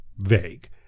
vague